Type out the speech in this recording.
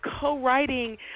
co-writing